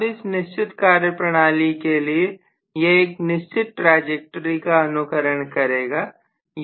अब इस निश्चित कार्य प्रणाली के लिए यह इस निश्चित ट्रांजैक्ट्री का अनुकरण करेगा